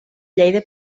lleida